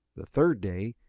the third day,